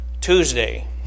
Tuesday